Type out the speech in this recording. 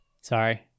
Sorry